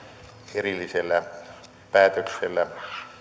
erillisellä päätöksellä